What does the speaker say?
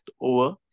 over